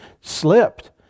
slipped